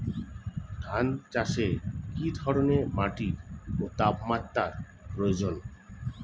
ধান চাষে কী ধরনের মাটি ও তাপমাত্রার প্রয়োজন?